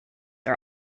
are